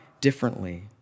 differently